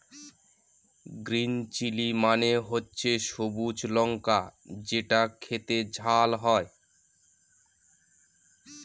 green chilli মানে হচ্ছে সবুজ লঙ্কা যেটা খেতে ঝাল হয়